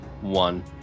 One